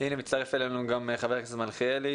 מצטרף אלינו גם חבר הכנסת מלכיאלי